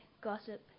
gossip